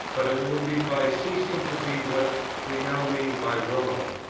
but it will be by ceasing to be what we now mean by rome,